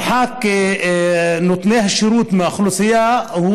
המרחק של נותני השירות מהאוכלוסייה,